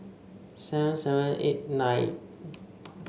seven seven eight nine